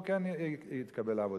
והוא כן התקבל לעבודה?